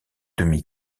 demi